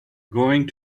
going